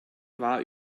war